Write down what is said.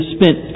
spent